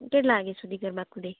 કેટલા વાગ્યા સુધી ગરબા કૂદે